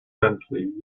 bentley